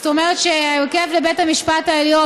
זאת אומרת שבהרכב לבית המשפט העליון,